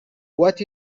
what